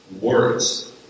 words